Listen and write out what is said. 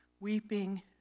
weeping